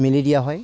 মেলি দিয়া হয়